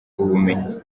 ubumenyi